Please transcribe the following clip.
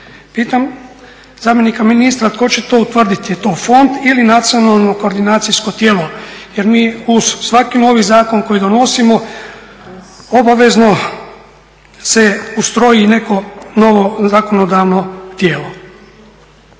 Pitam zamjenika ministra tko će to utvrditi, je li to fond ili nacionalno koordinacijsko tijelo. Jer mi uz svaki novi zakon koji donosimo obavezno se ustroji i neko novo zakonodavno tijelo.